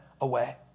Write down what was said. away